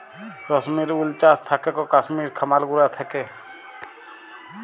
কাশ্মির উল চাস থাকেক কাশ্মির খামার গুলা থাক্যে